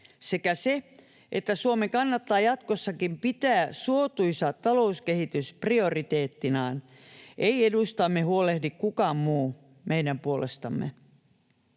sekä se, että Suomen kannattaa jatkossakin pitää suotuisa talouskehitys prioriteettinaan. Ei eduistamme huolehdi kukaan muu meidän puolestamme.